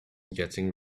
getting